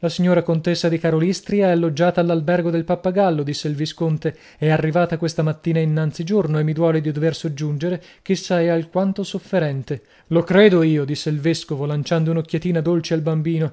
la signora contessa di karolystria è alloggiata all'albergo del pappagallo disse il visconte è arrivata questa mattina innanzi giorno e mi duole di dover soggiungere ch'essa è alquanto sofferente lo credo io disse il vescovo lanciando un'occhiatina dolce al bambino